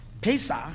Pesach